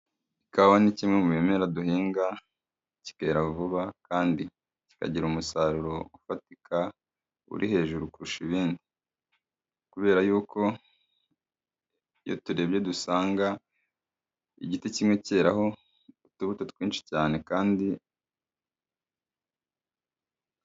Ikawa ni kimwe mu bimera duhinga, kikera vuba kandi, kikagira umusaruro ufatika uri hejuru kurusha ibindi. Kubera yuko, iyo turebye dusanga, igiti kimwe cyeraraho, utubuto twinshi cyane kandi...